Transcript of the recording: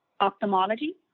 ophthalmology